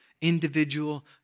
individual